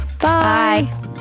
Bye